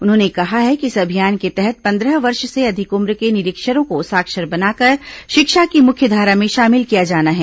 उन्होंने कहा है कि इस अभियान के तहत पंद्रह वर्ष से अधिक उम्र के निरीक्षरों को साक्षर बनाकर शिक्षा की मुख्यधारा में शामिल किया जाना है